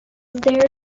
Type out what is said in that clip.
there